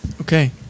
Okay